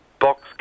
Box